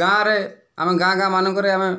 ଗାଁରେ ଆମ ଗାଁ ଗାଁ ମାନଙ୍କରେ ଆମେ